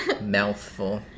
Mouthful